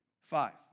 Five